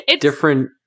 Different